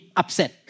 upset